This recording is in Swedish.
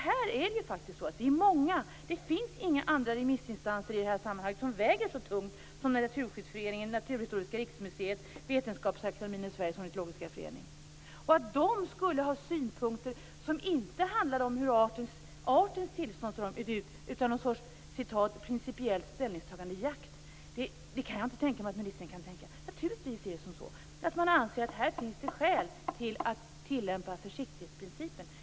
Vi är faktiskt många, och det finns inga andra remissinstanser i det här sammanhanget som väger så tungt som Naturskyddsföreningen, Naturhistoriska riksmuseet, Vetenskapsakademien och Sveriges ornitologiska förening. Jag kan inte tänka mig att ministern menar att de skulle ha synpunkter som inte handlar om artens tillstånd utan om någon sorts "principiellt ställningstagande till jakt". De anser naturligtvis att det finns skäl att tillämpa försiktighetsprincipen.